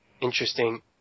interesting